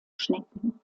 schnecken